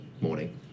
morning